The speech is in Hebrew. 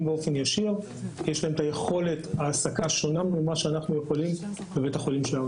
באופן ישיר יש יכולת העסקה שונה ממה שאנחנו יכולים בבית החולים שלנו.